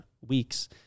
weeks